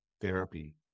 therapy